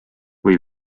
või